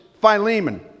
Philemon